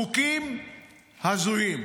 חוקים הזויים,